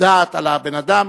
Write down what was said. דעת על הבן-אדם.